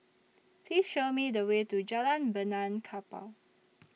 Please Show Me The Way to Jalan Benaan Kapal